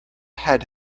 had